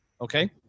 okay